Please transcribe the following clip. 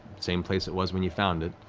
same place it was when you found it,